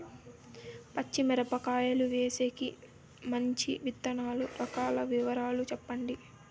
పచ్చి మిరపకాయలు వేసేకి మంచి విత్తనాలు రకాల వివరాలు చెప్పండి?